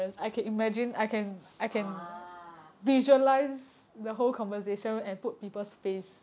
ah